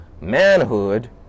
manhood